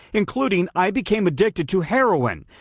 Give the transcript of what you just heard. including i became addicted to heroin,